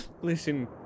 Listen